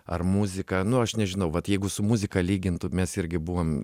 ar muzika nu aš nežinau vat jeigu su muzika lygintų mes irgi buvom